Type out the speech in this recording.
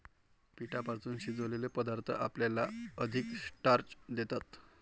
पिठापासून शिजवलेले पदार्थ आपल्याला अधिक स्टार्च देतात